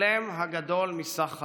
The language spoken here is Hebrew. שלם הגדול מסך חלקיו.